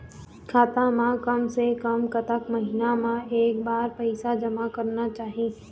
खाता मा कम से कम कतक महीना मा एक बार पैसा जमा करना चाही?